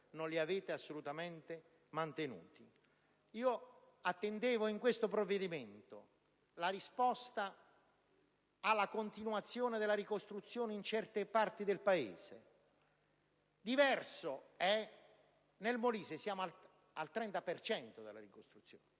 non avete assolutamente mantenuto. Attendevo in questo provvedimento la risposta alla continuazione della ricostruzione in certe parti del Paese perché, ad esempio, nel Molise siamo al 30 per cento della ricostruzione.